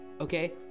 okay